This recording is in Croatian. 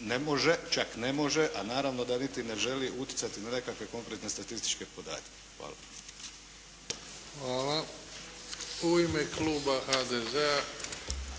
ne može, čak ne može a naravno da niti ne želi utjecati na nekakve konkretne statističke podatke. Hvala. **Bebić, Luka (HDZ)** Hvala. U ime kluba HDZ-a